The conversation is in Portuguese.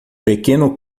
pequeno